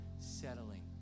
settling